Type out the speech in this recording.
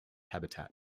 habitat